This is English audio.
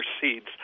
seeds